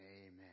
Amen